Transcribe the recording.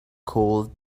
called